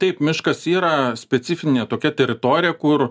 taip miškas yra specifinė tokia teritorija kur